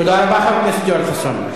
תודה רבה, חבר הכנסת יואל חסון.